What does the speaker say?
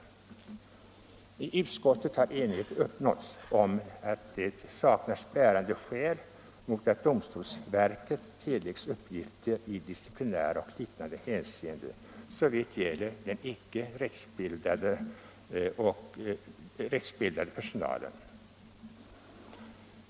I utskottet har enighet uppnåtts om att det saknas bärande skäl mot att domstolsverket tilläggs uppgifter i disciplinära och liknande hänseenden, såvitt gäller den icke rättsbildade personalen.